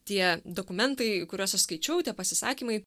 tie dokumentai kuriuos aš skaičiau tie pasisakymai